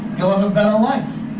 you'll have a better life.